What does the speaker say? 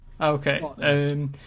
Okay